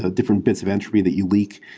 ah different bits of entry that you leak.